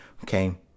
okay